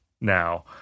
now